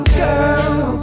girl